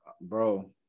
Bro